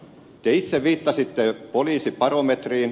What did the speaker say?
te itse viittasitte poliisibarometriin